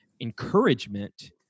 encouragement